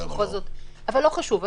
כי בכל זאת אבל לא חשוב,